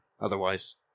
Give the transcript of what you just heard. Otherwise